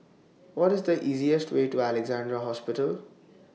What IS The easiest Way to Alexandra Hospital